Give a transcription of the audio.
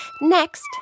Next